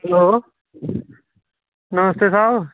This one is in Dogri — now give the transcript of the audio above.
hello master Saheb